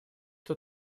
что